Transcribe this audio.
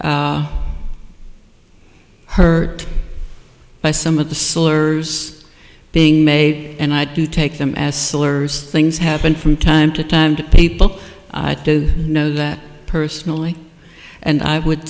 too hurt by some of the sellers being made and i do take them as sillars things happen from time to time to people i know that personally and i would